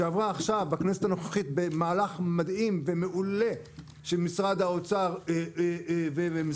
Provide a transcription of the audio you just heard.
שעברה עכשיו בכנסת הנוכחית במהלך מדהים ומעולה שמשרד האוצר ומשרד